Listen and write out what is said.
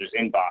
inbox